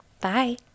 Bye